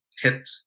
hit